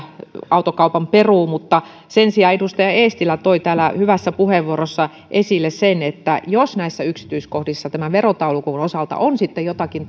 autokaupan peruu mutta sen sijaan kuten edustaja eestilä toi täällä hyvässä puheenvuorossaan esille jos näissä yksityiskohdissa tämän verotaulukon osalta on sitten jotakin